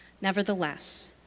Nevertheless